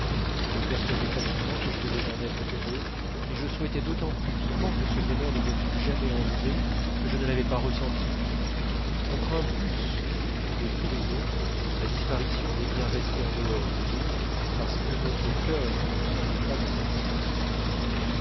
je me persuadais facilement que je devais en être heureux et je souhaitais d'autant plus vivement que ce bonheur ne me fût jamais enlevé que je ne l'avais pas ressenti on craint plus que de tous les autres la disparition des biens restés en dehors de nous parce que notre cœur ne s'en est pas emparé